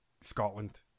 Scotland